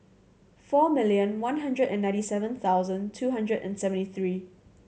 four million one hundred and ninety seven thousand two hundred and seventy three